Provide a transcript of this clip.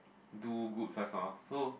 do good first lor so